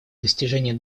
достижения